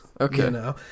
Okay